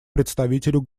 представителю